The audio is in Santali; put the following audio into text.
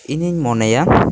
ᱤᱧᱤᱧ ᱢᱚᱱᱮᱭᱟ